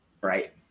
right